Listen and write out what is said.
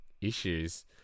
issues